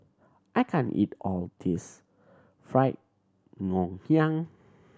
I can't eat all of this fried Ngoh Hiang